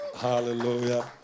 hallelujah